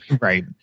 Right